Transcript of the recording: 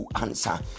answer